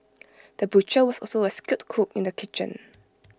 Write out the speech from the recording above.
the butcher was also A skilled cook in the kitchen